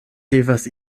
devas